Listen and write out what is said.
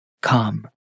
come